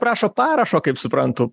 prašo parašo kaip suprantu